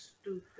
stupid